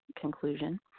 conclusion